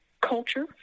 culture